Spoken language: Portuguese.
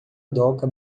doca